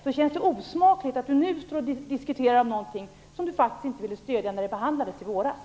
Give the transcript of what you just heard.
Det är osmakligt att Tuve Skånberg nu diskuterar någonting som han inte ville stödja när det behandlades i våras.